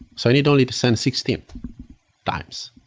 so i need only to send sixteen times.